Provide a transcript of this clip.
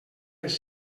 les